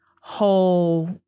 whole